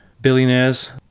billionaires